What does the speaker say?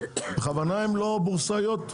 בכוונה הן לא בורסאיות,